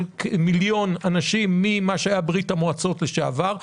מיליון אנשים ממה שהיה ברית המועצות לשעבר.